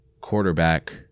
quarterback